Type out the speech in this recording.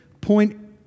point